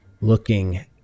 looking